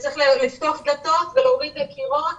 צריך לפתוח דלתות ולהוריד קירות.